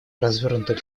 развернутых